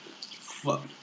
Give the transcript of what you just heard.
Fuck